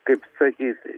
kaip sakyti